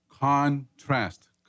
contrast